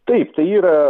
taip tai yra